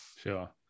sure